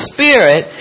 Spirit